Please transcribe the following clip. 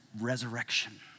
resurrection